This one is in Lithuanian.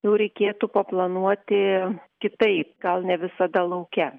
jau reikėtų paplanuoti kitaip gal ne visada lauke